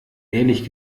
ehrlich